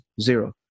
zero